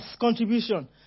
contribution